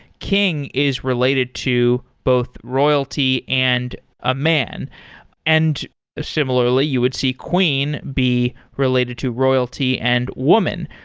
king is related to both royalty and a man and similarly, you would see queen be related to royalty and woman.